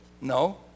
No